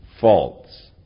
False